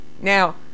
Now